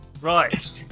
Right